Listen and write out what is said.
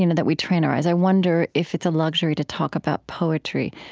you know that we train our eyes. i wonder if it's a luxury to talk about poetry.